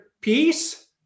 peace